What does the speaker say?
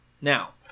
Now